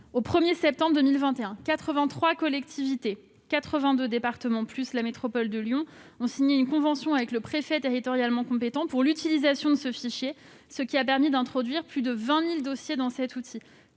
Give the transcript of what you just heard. collectivités, quatre-vingt-deux départements et la métropole de Lyon ont signé une convention avec le préfet territorialement compétent pour l'utilisation de ce fichier, ce qui a permis d'introduire plus de 20 000 dossiers dans cet outil.